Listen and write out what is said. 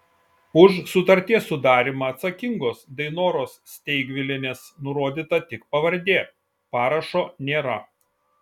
už sutarties sudarymą atsakingos dainoros steigvilienės nurodyta tik pavardė parašo nėra